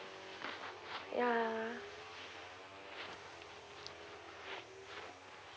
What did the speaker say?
yeah